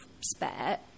spare